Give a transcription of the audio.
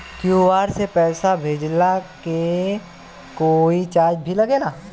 QR से पैसा भेजला के कोई चार्ज भी लागेला?